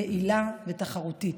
יעילה ותחרותית.